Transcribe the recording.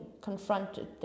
confronted